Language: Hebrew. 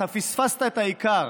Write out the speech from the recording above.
אתה פספסת את העיקר.